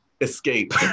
escape